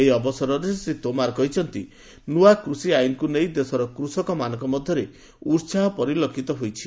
ଏହି ଅବସରରେ ଶ୍ରୀ ତୋମାର କହିଛନ୍ତି ନୂଆ କୃଷି ଆଇନକୁ ନେଇ ଦେଶର କୃଷକମାନଙ୍କ ମଧ୍ୟରେ ଉହାହ ପରିଲକ୍ଷିତ ହୋଇଛି